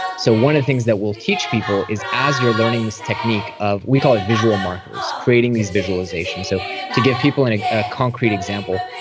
so one of the things that we'll teach people is as you're learning this technique of we call it visual markers, creating these visualizations. so to give people and a concrete example,